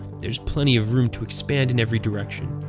there's plenty of room to expand in every direction.